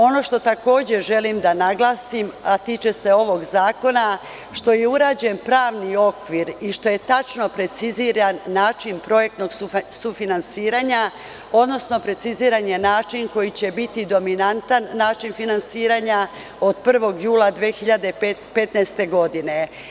Ono što takođe želim da naglasim, a tiče se ovog zakona, jeste to što je urađen pravni okvir i što je tačno preciziran način projektnog sufinansiranja, odnosno preciziran je način koji će biti dominantan način finansiranja od 1. jula 2015. godine.